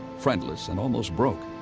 friendless, and almost broke.